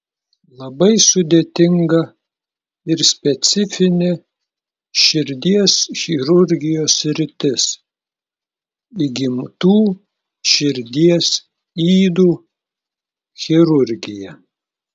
labai sudėtinga ir specifinė širdies chirurgijos sritis įgimtų širdies ydų chirurgija